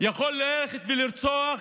יכול ללכת ולרצוח